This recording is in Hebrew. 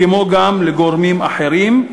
כמו גם לגורמים אחרים,